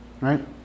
right